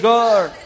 God